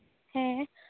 ᱦᱮᱸ